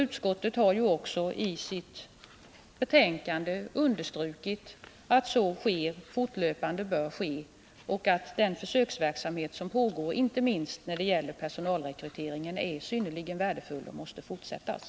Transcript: Utskottet har ju också i sitt betänkande understrukit att så sker och fortlöpande bör ske samt att den försöksverksamhet som pågår, inte minst när det gäller personalrekryteringen, är synnerligen värdefull och måste fortsättas.